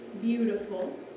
beautiful